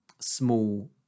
small